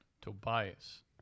Tobias